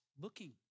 looking